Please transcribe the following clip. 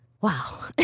Wow